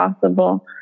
possible